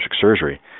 surgery